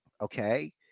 okay